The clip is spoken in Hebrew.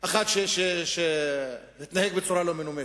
אחד שהתנהג בצורה לא מנומסת?